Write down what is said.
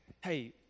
Hey